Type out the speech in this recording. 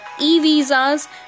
e-visas